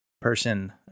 person